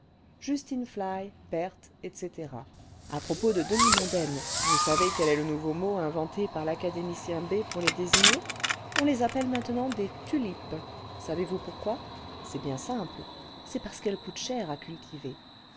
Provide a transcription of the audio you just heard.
justine fly berthe etc a propos de demi mondaines vous savez quel est le nouveau mot inventé par l'académicien b pour les désigner on les appelle maintenant des tulipes savez-vous pourquoi c'est bien simple c'est parce qu'elles coûtent cher à cultiver